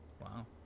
Wow